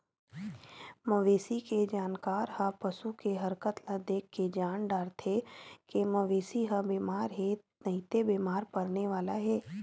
मवेशी के जानकार ह पसू के हरकत ल देखके जान डारथे के मवेशी ह बेमार हे नइते बेमार परने वाला हे